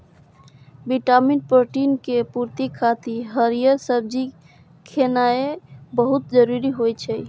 vitamin, protein के पूर्ति खातिर हरियर सब्जी खेनाय बहुत जरूरी होइ छै